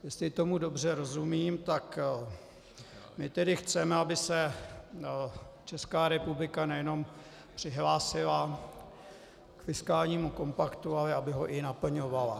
Jestli tomu dobře rozumím, tak my tedy chceme, aby se Česká republika nejenom přihlásila k fiskálnímu kompaktu, ale aby ho i naplňovala.